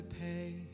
pay